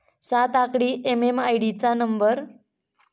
सात आकडी एम.एम.आय.डी नंबरचा उपयोग करुन अलाभार्थीला पैसे पाठवले गेले